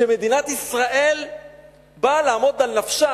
כשמדינת ישראל באה לעמוד על נפשה,